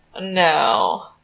no